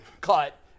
cut